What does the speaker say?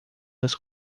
das